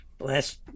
last